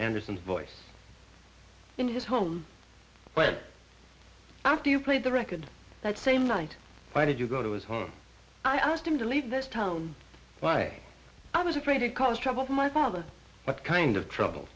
anderson voice in his home when after you played the record that same night why did you go to his home i asked him to leave this town why i was afraid to cause trouble for my father but kind of trouble